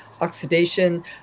oxidation